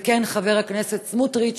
וכן חבר הכנסת סמוטריץ,